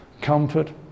comfort